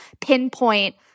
pinpoint